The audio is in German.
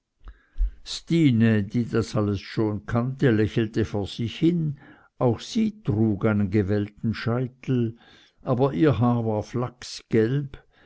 stine die das alles schon kannte lächelte vor sich hin auch sie trug einen gewellten scheitel aber ihr haar war